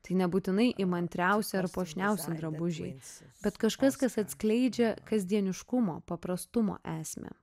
tai nebūtinai įmantriausi ar puošniausi drabužiai bet kažkas kas atskleidžia kasdieniškumo paprastumo esmę